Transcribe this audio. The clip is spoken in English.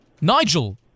Nigel